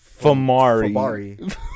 Famari